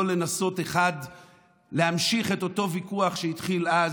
ולא לנסות להמשיך את אותו ויכוח שהתחיל אז,